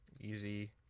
Easy